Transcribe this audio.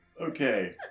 Okay